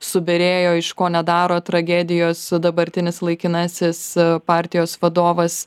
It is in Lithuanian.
subirėjo iš ko nedaro tragedijos dabartinis laikinasis partijos vadovas